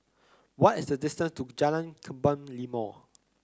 what is the distance to Jalan Kebun Limau